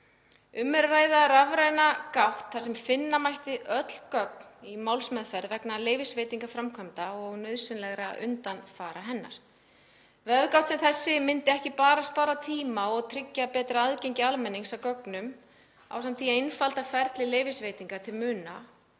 að ræða rafræna gátt þar sem finna mætti öll gögn í málsmeðferð vegna leyfisveitinga framkvæmda og nauðsynlegra undanfara hennar. Vefgátt sem þessi myndi ekki bara spara tíma og tryggja betra aðgengi almennings að gögnum ásamt því að einfalda ferli leyfisveitinga til muna